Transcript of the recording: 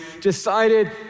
decided